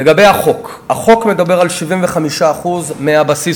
לגבי החוק: החוק מדבר על 75% מהבסיס,